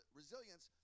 resilience